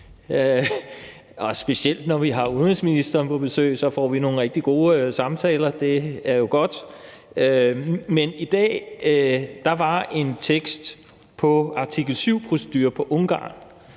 specielt når vi har udenrigsministeren på besøg, for så får vi nogle rigtig gode samtaler, og det er jo godt. Men i dag var der en tekst om en artikel 7-procedure i